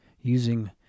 Using